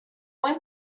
one